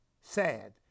Sad